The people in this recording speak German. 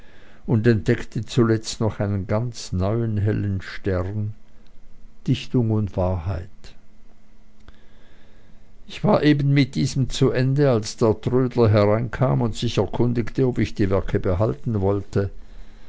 und entdeckte zuletzt noch einen ganz neuen hellen stern dichtung und wahrheit ich war eben mit diesem zu ende als der trödler hereintrat und sich erkundigte ob ich die werke behalten wolle